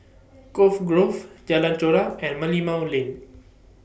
Cove Grove Jalan Chorak and Merlimau Lane